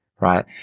Right